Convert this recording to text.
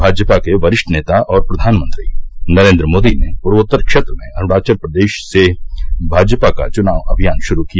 भाजपा के वरिष्ठ नेता और प्रधानमंत्री नरेंद्र मोदी ने पूर्वोत्तर क्षेत्र में अरूणाचल प्रदेश से भाजपा का चुनाव अभियान शुरू किया